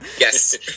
yes